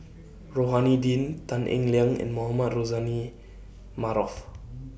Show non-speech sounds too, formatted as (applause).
(noise) Rohani Din Tan Eng Liang and Mohamed Rozani Maarof